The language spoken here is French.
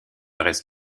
reste